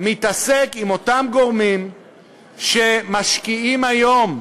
מתעסק עם אותם גורמים שמשקיעים היום,